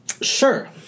Sure